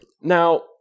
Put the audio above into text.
Now